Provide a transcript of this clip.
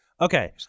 Okay